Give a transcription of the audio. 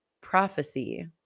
prophecy